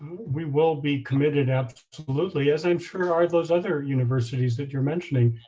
we will be committed ah absolutely, as i'm sure are those other universities that you're mentioning,